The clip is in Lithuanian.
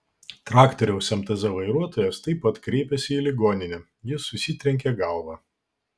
traktoriaus mtz vairuotojas taip pat kreipėsi į ligoninę jis susitrenkė galvą